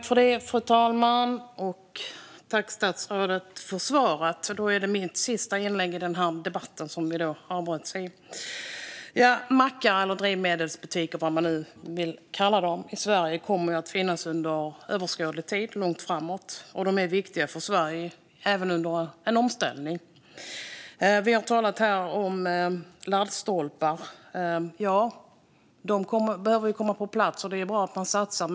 Fru talman! Tack, statsrådet, för svaret! Detta är mitt sista inlägg i denna debatt. Mackar, drivmedelsbutiker eller vad man nu vill kalla dem kommer att finnas i Sverige under överskådlig tid, och de är viktiga för Sverige, även under en omställning. Vi har talat om laddstolpar. De behöver komma på plats, och det är bra att man satsar.